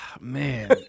Man